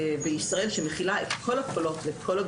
כי באמת זה לא כל כך קל, אז אנחנו